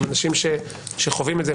עם אנשים שחווים את זה,